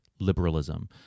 liberalism